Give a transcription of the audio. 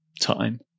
time